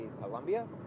Colombia